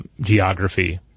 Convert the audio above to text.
geography